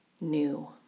new